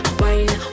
wine